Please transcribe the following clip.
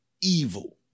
evil